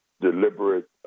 deliberate